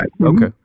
Okay